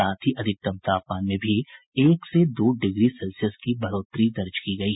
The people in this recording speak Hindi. साथ ही अधिकतम तापमान में भी एक से दो डिग्री सेल्सियस की बढ़ोतरी दर्ज की गयी